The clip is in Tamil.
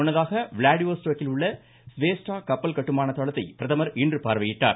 முன்னதாக விளாடிவோஸ்டோக்கில் உள்ள ஸ்வேஸ்டா கப்பல் கட்டுமான தளத்தை பிரதமர் இன்று பார்வையிட்டார்